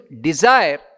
desire